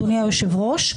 אדוני היושב-ראש,